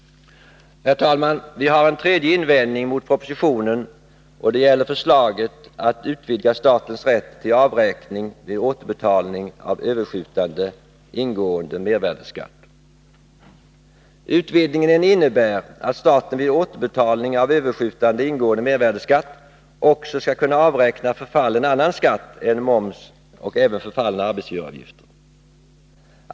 Herr talman! Vi har en tredje invändning mot propositionen, och den gäller förslaget att utvidga statens rätt till avräkning vid återbetalning av överskjutande ingående mervärdeskatt. Utvidgningen innebär att staten vid återbetalning av överskjutande ingående mervärdeskatt också skall kunna avräkna förfallen annan skatt än moms och även förfallna arbetsgivaravgifter.